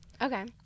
okay